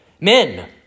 Men